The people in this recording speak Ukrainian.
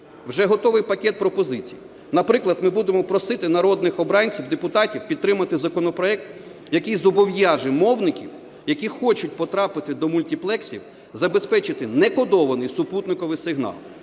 Вже готовий пакет пропозицій. Наприклад, ми будемо просити народних обранців, депутатів, підтримати законопроект, який зобов'яже мовників, які хочуть потрапити до мультіплексів, забезпечити некодований супутниковий сигнал.